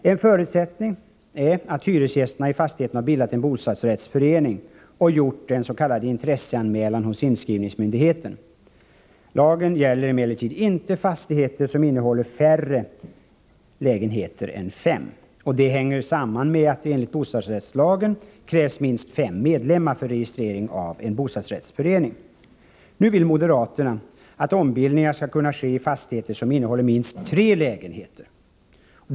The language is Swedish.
En förutsättning är att hyresgästerna i fastigheten har bildat en bostadsrättsförening och gjort en s.k. intresseanmälan hos inskrivningsmyndigheten. Lagen gäller emellertid inte fastigheter som innehåller mindre än fem lägenheter. Det hänger samman med att det enligt bostadsrättslagen krävs minst fem medlemmar för registrering av en bostadsrättsförening. Nu vill moderaterna att ombildningar skall kunna ske i fastigheter som innehåller minst tre lägenheter.